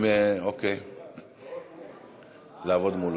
הציוני וקבוצת סיעת מרצ לסעיף 2 לא נתקבלה.